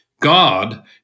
God